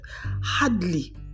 Hardly